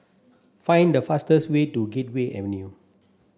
find the fastest way to Gateway Avenue